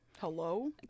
Hello